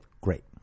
Great